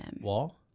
Wall